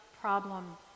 problem